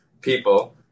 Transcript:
people